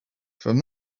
from